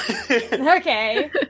Okay